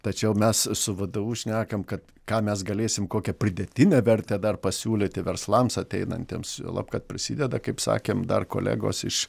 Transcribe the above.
tačiau mes su vadovu šnekam kad ką mes galėsim kokią pridėtinę vertę dar pasiūlyti verslams ateinantiems juolab kad prisideda kaip sakėm dar kolegos iš